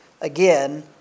again